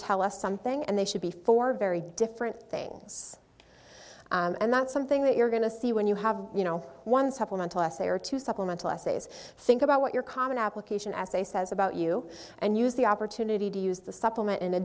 tell us something and they should be four very different things and that's something that you're going to see when you have you know one supplemental essay or two supplemental essays think about what your common application essay says about you and use the opportunity to use the supplement in a